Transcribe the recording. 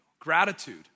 Gratitude